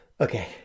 okay